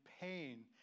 pain